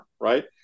Right